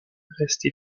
resté